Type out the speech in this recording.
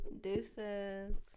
Deuces